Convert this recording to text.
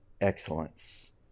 excellence